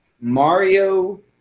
Mario